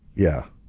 yeah,